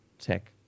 tech